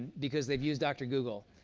because they've used dr. google,